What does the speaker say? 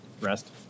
rest